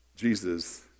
Jesus